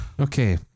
okay